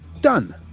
done